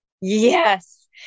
Yes